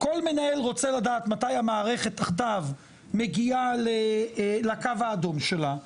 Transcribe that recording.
כל מנהל רוצה לדעת מתי המערכת תחתיו מגיעה לקו האדום שלה,